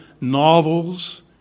novels